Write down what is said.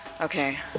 Okay